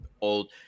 old –